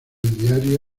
diario